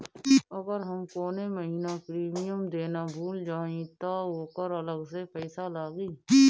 अगर हम कौने महीने प्रीमियम देना भूल जाई त ओकर अलग से पईसा लागी?